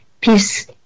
peace